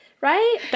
right